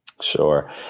Sure